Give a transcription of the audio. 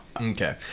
Okay